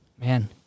man